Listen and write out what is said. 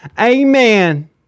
amen